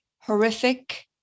horrific